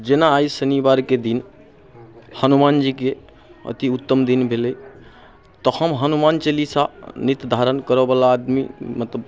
जेना आइ शनिवारके दिन हनुमान जीके अतिउत्तम दिन भेलै तऽ हम हनुमान चालीसा नित धारण करऽवला आदमी मतलब आओर